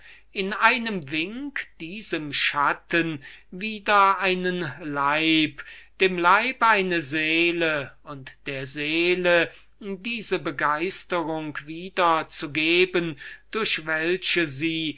in einem wink diesem schatten wieder einen leib dem leib eine seele und der seele diese begeisterung wieder zu geben durch welche sie